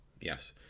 Yes